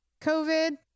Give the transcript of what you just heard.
COVID